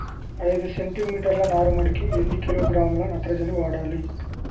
ఐదు సెంటి మీటర్ల నారుమడికి ఎన్ని కిలోగ్రాముల నత్రజని వాడాలి?